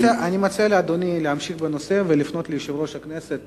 אני מציע לאדוני להמשיך בנושא ולפנות אל יושב-ראש הכנסת